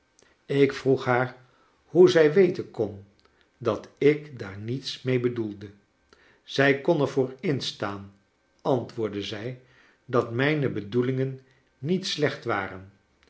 ik vroeg haar hoe zij weten kon dat ik daar niets mee bedoelde zij kon er voor instaan antwoordde zij dat mijne bedoelingen niet slecht waren